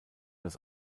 das